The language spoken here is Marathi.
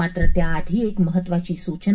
मात्र त्याआधी एक महत्वाची सूचना